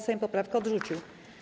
Sejm poprawkę odrzucił.